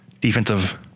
defensive